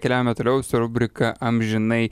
keliaujame toliau su rubrika amžinai